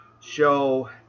show